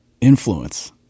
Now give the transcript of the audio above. Influence